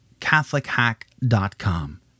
catholichack.com